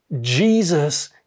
Jesus